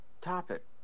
topic